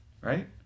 right